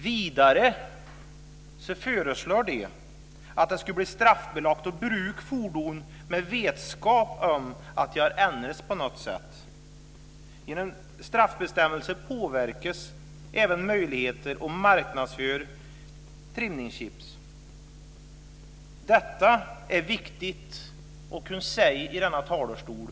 Vidare föreslår de att det skulle bli straffbelagt att bruka fordon med vetskap om de har ändrats på något sätt. Genom straffbestämmelsen påverkas även möjligheten att marknadsföra trimningschip. Detta är viktigt att kunna säga i denna talarstol.